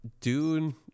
Dune